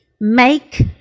make